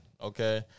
okay